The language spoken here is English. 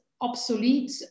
obsolete